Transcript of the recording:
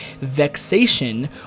vexation